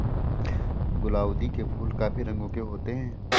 गुलाउदी के फूल काफी रंगों के होते हैं